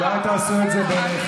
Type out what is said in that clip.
למה אתה עושה את זה ביניכם?